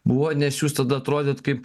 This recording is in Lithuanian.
buvo nes jūs tada atrodėt kaip